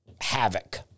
havoc